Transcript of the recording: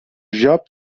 job